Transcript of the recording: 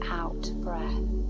out-breath